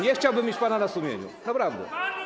Nie chciałbym mieć pana na sumieniu, naprawdę.